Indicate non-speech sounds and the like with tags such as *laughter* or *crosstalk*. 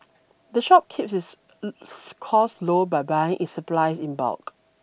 the shop keeps its *unintelligible* costs low by buying its supplies in bulk